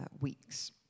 weeks